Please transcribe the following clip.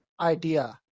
idea –